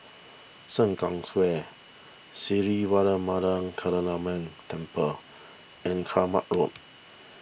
Sengkang Square Sri Temple and Kramat Road